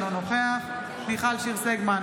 אינו נוכח מיכל שיר סגמן,